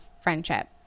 friendship